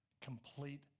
Complete